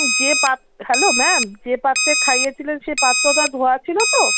যে পাত hello ma'am যে পাত্রে খাইয়েছিলেন সে পাত্রটা ধোয়া ছিলো তো